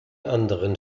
anderen